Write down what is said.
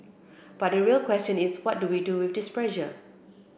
but the real question is what do we do this pressure